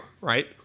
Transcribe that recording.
right